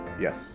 Yes